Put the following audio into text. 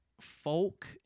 folk